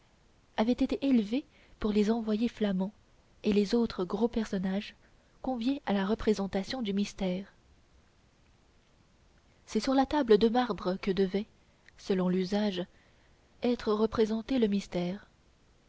avait été élevée pour les envoyés flamands et les autres gros personnages conviés à la représentation du mystère c'est sur la table de marbre que devait selon l'usage être représenté le mystère